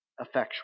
effectual